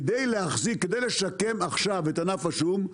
כדי לשקם עכשיו את ענף השום,